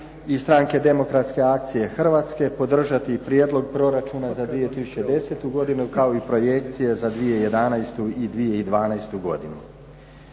i Stranke demokratske akcije Hrvatske podržati Prijedlog proračuna za 2010. godinu kao i projekcije za 2011. i 2012. godinu.